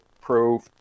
pro